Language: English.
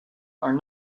are